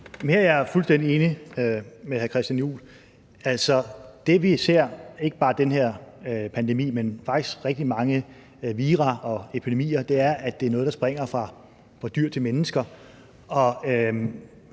er jeg fuldstændig enig med hr. Christian Juhl. Altså, det vi ser, ikke bare ved den her pandemi, men faktisk ved rigtig mange vira og epidemier, er, at det er noget, der springer fra dyr til mennesker.